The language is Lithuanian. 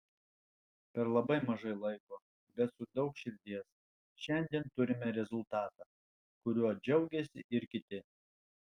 per labai mažai laiko bet su daug širdies šiandien turime rezultatą kuriuo džiaugiasi ir kiti